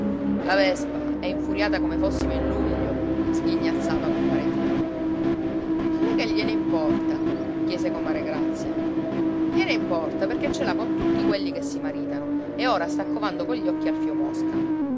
la vespa è infuriata come fossimo in luglio sghignazzava compare tino a lei che gliene importa chiese comare grazia gliene importa perché ce l'ha con tutti quelli che si maritano e ora sta covando cogli occhi alfio mosca